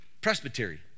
presbytery